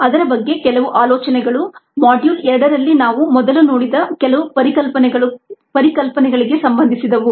ಅದರ ಬಗ್ಗೆ ಕೆಲವು ಆಲೋಚನೆಗಳು ಮಾಡ್ಯೂಲ್ 2 ರಲ್ಲಿ ನಾವು ಮೊದಲು ನೋಡಿದ ಕೆಲವು ಪರಿಕಲ್ಪನೆಗಳಿಗೆ ಸಂಬಂಧಿಸಿದವು